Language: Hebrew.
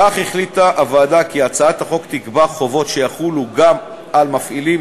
כך החליטה הוועדה כי הצעת החוק תקבע חובות שיחולו גם על מפעילים